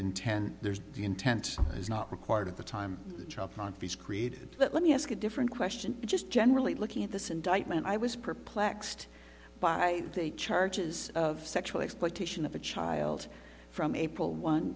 in ten there's the intent is not required of the time on fees created but let me ask a different question just generally looking at this indictment i was perplexed by the charges of sexual exploitation of a child from april one